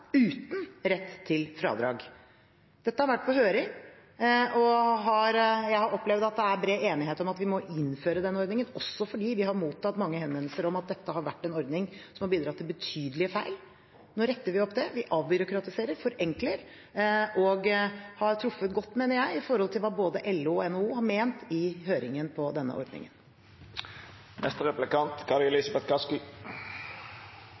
uten rett til fradrag. Dette har vært på høring, og jeg har opplevd at det er bred enighet om at vi må innføre denne ordningen, også fordi vi har mottatt mange henvendelser om at dette har vært en ordning som har bidratt til betydelige feil. Nå retter vi opp det. Vi avbyråkratiserer, forenkler og har truffet godt, mener jeg, med hensyn til hva både LO og NHO mente i høringen om denne ordningen.